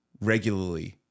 regularly